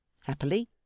Happily